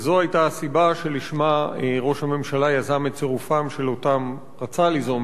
וזו היתה הסיבה שלשמה ראש הממשלה רצה ליזום